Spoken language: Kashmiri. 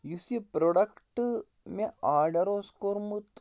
یُس یہِ پرٛوڈَکٹہٕ مےٚ آرڈَر اوس کوٚرمُت